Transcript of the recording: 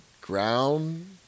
ground